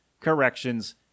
corrections